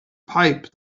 pipe